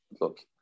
Look